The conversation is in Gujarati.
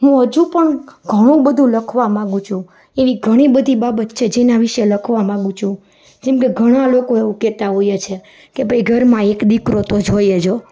હું હજુ પણ ઘણું બધું લખવા માંગુ છું એવી ઘણી બધી બાબત છે જેના વિષે લખવા માંગુ છું જેમકે ઘણાં લોકો એવું કહેતા હોય છે કે ભઇ ઘરમાં એક દીકરો તો જોઈએ જ હો